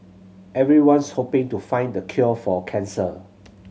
everyone's hoping to find the cure for cancer